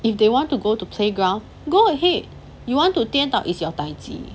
if they want to go to playground go ahead you want to 跌倒 is your